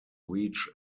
reach